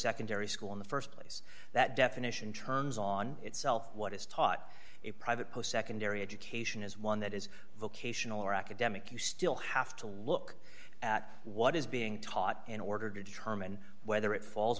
secondary school in the st place that definition turns on itself what is taught a private post secondary education is one that is vocational or academic you still have to look at what is being taught in order to determine whether it falls